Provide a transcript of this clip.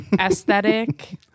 aesthetic